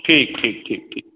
ठीक ठीक ठीक ठीक